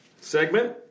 segment